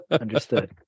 Understood